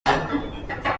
inzira